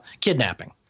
kidnapping